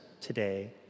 today